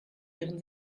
ihren